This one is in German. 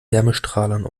wärmestrahlern